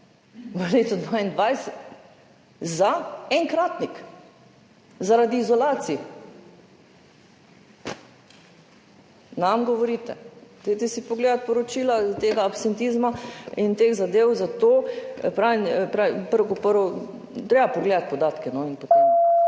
za enkratnik zaradi izolacij. Nam govorite, dajte si pogledati poročila tega absentizma in teh zadev. Zato pravim, prvo kot prvo je treba pogledati podatke in potem